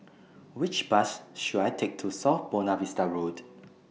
Which Bus should I Take to South Buona Vista Road